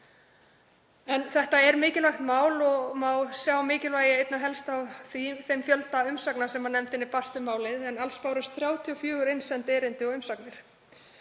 En þetta er mikilvægt mál og má sjá mikilvægið einna helst af þeim fjölda umsagna sem nefndinni barst um málið en alls bárust 34 innsend erindi og umsagnir.